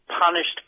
punished